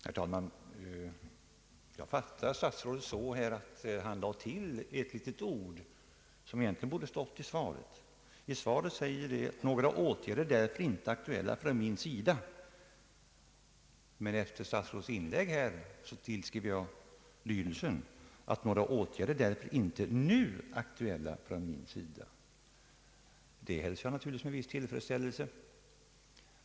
Herr talman! Jag fattar statsrådets senaste inlägg så att han lade till ett litet ord, som egentligen borde stått i svaret. Där sägs: »några åtgärder är därför inte aktuella från min sida». Men efter statsrådets inlägg anser jag att lydelsen blir den att några åtgärder inte nu är aktuella från hans sida. Jag hälsar naturligtvis det tillägget med viss tillfredsställelse.